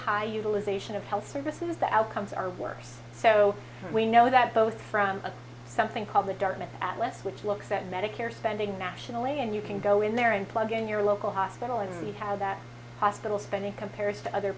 high utilization of health services the outcomes are worse so we know that both from something called the dartmouth at west which looks at medicare spending nationally and you can go in there and plug in your local hospital and see how that hospital spending compares to other